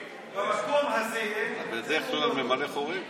אתה בדרך כלל ממלא חורים?